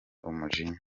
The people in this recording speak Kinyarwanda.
umujinya